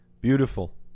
Beautiful